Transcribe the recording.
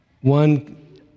One